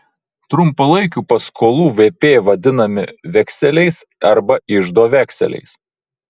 trumpalaikių paskolų vp vadinami vekseliais arba iždo vekseliais